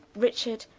richard,